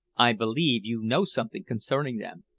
i believe you know something concerning them.